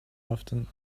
often